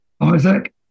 Isaac